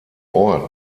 ort